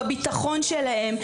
בביטחון שלהם.